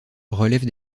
relève